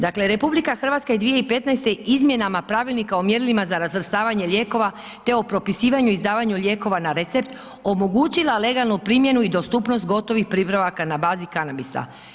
Dakle, RH je 2015. izmjenama Pravilnika o mjerilima za razvrstavanje lijekova te o propisivanju i izdavanju na recept omogućila legalnu primjenu i dostupnost gotovih pripravaka na bazi kanabisa.